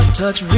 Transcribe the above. touch